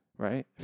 right